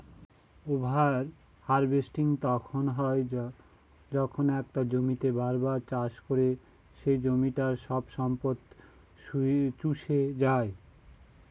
over harvesting তখন হয় যখন একটা জমিতেই বার বার চাষ করে সে জমিটার সব সম্পদ শুষে যাই